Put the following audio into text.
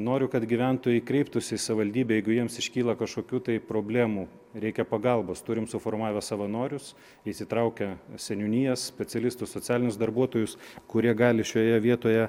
noriu kad gyventojai kreiptųsi į savivaldybę jeigu jiems iškyla kažkokių tai problemų reikia pagalbos turim suformavę savanorius įsitraukę seniūnijos specialistus socialinius darbuotojus kurie gali šioje vietoje